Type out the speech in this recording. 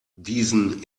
diesen